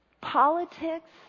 politics